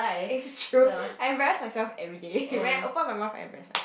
it's true I embarrass myself everyday when I open my mouth I embarrass myself